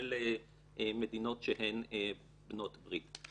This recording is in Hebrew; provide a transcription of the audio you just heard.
כולל מדינות שהן בנות ברית.